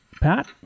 Pat